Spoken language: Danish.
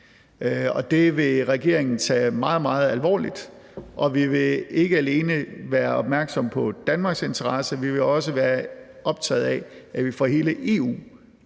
det vil regeringen tage meget, meget alvorligt, og vi vil ikke alene være opmærksomme på Danmarks interesse, men vi vil også være optaget af, at vi får hele EU